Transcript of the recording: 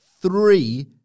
three